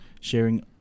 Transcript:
sharing